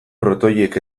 protoiek